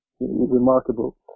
remarkable